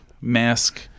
mask